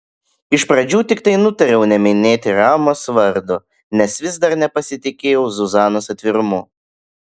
iš pradžių tiktai nutariau neminėti ramos vardo nes vis dar nepasitikėjau zuzanos atvirumu